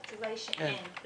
התשובה היא שאין.